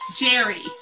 Jerry